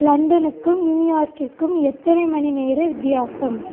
லண்டனுக்கும் நியூயார்க்கிற்கும் எத்தனை மணிநேர வித்தியாசம்